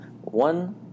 One